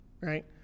right